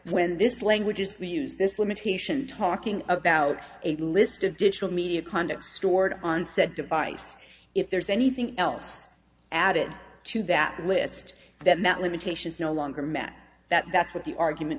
when this language is the use this limitation talking about a list of digital media conduct stored on said device if there's anything else added to that list that limitations no longer met that that's what the argument